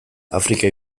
afrika